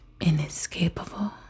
inescapable